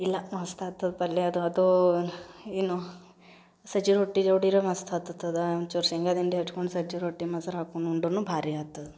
ಇಲ್ಲ ಮಸ್ತಾಗ್ತದೆ ಪಲ್ಯ ಅದು ಅದು ಏನು ಸಜ್ಜೆ ರೊಟ್ಟಿ ಜೋಡಿರೂ ಮಸ್ತಾತಗ್ತದ ಒಂಚೂರು ಶೇಂಗಾದ ಹಿಂಡಿ ಹಚ್ಕೊಂಡು ಸಜ್ಜೆ ರೊಟ್ಟಿ ಮೊಸರು ಹಾಕ್ಕೊಂಡು ಉಂಡ್ರೂ ಭಾರಿ ಆಗ್ತದೆ